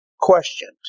questioned